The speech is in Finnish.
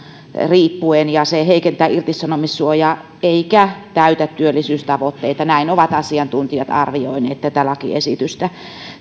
riippuen ja se heikentää irtisanomissuojaa eikä täytä työllisyystavoitteita näin ovat asiantuntijat arvioineet tätä lakiesitystä